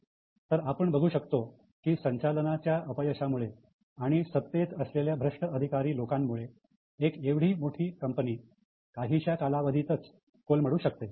तर आपण बघू शकतो की संचालनाच्या अपयशामुळे आणि सत्तेत असलेल्या भ्रष्ट अधिकारी लोकांमुळे एक एवढी मोठी कंपनी काहीशा कालावधीतच कोलमडू शकते